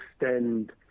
extend